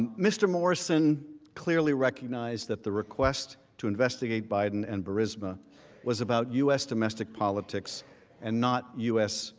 and mr. morrison clearly recognized that the request to investigate biden and prisma was about u s. domestic politics and not u s.